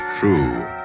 true